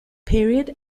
period